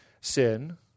sin